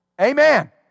Amen